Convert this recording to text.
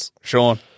Sean